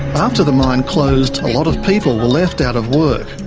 after the mine closed, a lot of people were left out of work.